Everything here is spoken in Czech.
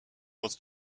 moc